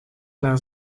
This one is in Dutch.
naar